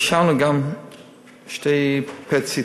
אישרנו גם שני PET-CT